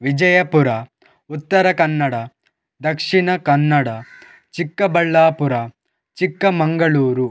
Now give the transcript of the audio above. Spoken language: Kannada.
ವಿಜಯಪುರ ಉತ್ತರ ಕನ್ನಡ ದಕ್ಷಿಣ ಕನ್ನಡ ಚಿಕ್ಕಬಳ್ಳಾಪುರ ಚಿಕ್ಕಮಗಳೂರು